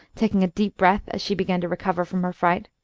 taking a deep breath as she began to recover from her fright.